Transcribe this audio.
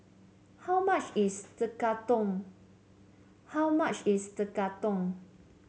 how much is Tekkadon how much is Tekkadon